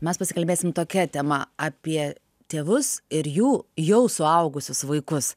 mes pasikalbėsim tokia tema apie tėvus ir jų jau suaugusius vaikus